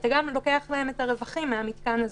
אתה גם לוקח מהם את הרווחים מהמתקן הזה,